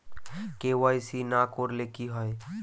KYC না করলে কি হয়?